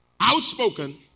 outspoken